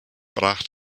brach